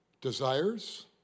desires